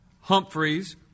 Humphreys